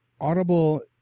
Audible